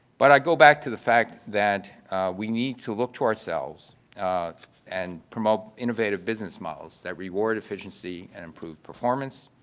but i go back to the fact that we need to look to ourselves and promote innovative business models that reward efficiency and improve performance.